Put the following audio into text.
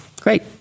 Great